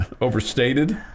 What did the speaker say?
Overstated